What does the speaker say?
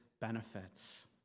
benefits